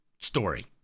story